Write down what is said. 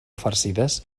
farcides